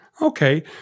Okay